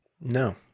No